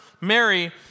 Mary